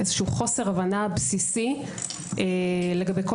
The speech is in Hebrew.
איזה שהוא חוסר הבנה בסיסי לגבי כל